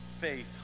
faith